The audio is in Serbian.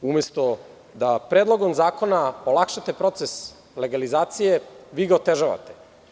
Umesto, da Predlogom zakona olakšate proces legalizacije, vi ga otežavate.